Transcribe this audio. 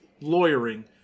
lawyering